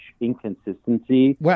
inconsistency